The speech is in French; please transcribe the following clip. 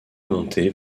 montées